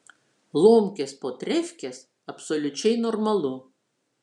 lomkės po trefkės absoliučiai normalu